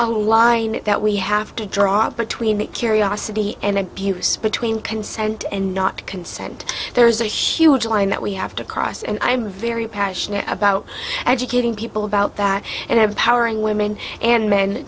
a line that we have to draw between the curiosity and abuse between consent and not consent there's a huge line that we have to cross and i am very passionate about educating people about that and i have our in women and men